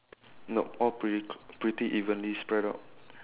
nope all pretty pretty evenly spread out